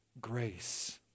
grace